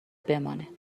بمانه